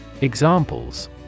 Examples